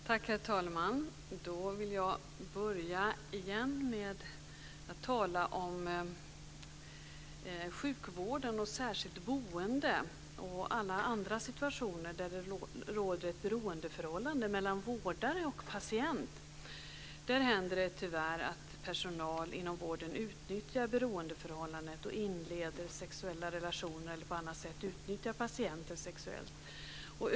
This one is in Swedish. Herr talman! Jag vill börja med att tala om sjukvården och särskilt boende och alla andra situationer där det råder ett beroendeförhållande mellan vårdare och patient. Där händer det tyvärr att personal inom vården utnyttjar beroendeförhållandet och inleder sexuella relationer eller på annat sätt utnyttjar patienter sexuellt.